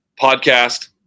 podcast